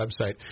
website